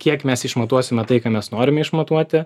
kiek mes išmatuosime tai ką mes norime išmatuoti